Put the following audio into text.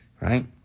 Right